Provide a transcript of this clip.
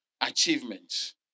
achievements